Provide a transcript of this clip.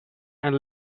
and